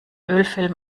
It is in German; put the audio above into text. ölfilm